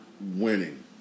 winning